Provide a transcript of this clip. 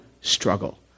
struggle